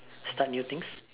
start new things